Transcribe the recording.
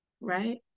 Right